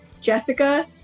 Jessica